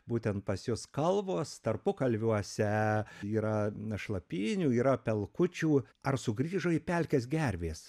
būtent pas jus kalvos tarpukalviuose yra šlapynių yra pelkučių ar sugrįžo į pelkes gervės